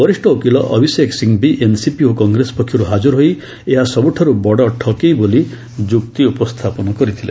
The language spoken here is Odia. ବରିଷ୍ଠ ଓକିଲ ଅଭିଷେକ ସିଙ୍ଗ୍ଭି ଏନ୍ସିପି ଓ କଂଗ୍ରେସ ପକ୍ଷର୍ତ ହାଜର ହୋଇ ଏହା ସବ୍ରଠାର୍ ବଡ଼ ଠକେଇ ବୋଲି ଯୁକ୍ତି ଉପସ୍ଥାପନ କରିଥିଲେ